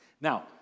Now